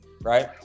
Right